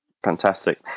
Fantastic